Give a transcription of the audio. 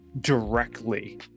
directly